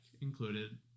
included